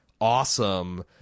awesome